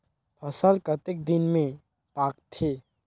फसल कतेक दिन मे पाकथे?